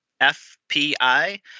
fpi